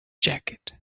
jacket